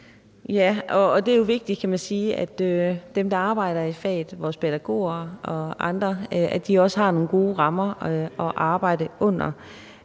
kan man sige, at dem, der arbejder i faget, vores pædagoger og andre, også har nogle gode rammer at arbejde under.